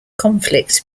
conflict